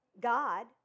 God